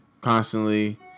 constantly